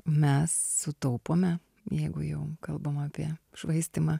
mes sutaupome jeigu jau kalbam apie švaistymą